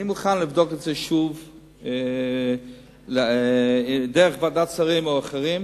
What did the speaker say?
אני מוכן לבדוק את זה שוב דרך ועדת שרים או אחרים.